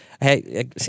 Hey